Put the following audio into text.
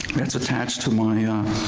that's attached to my, ah